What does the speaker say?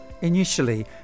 Initially